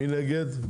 מי נגד?